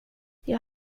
jag